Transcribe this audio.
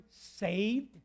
saved